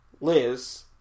Liz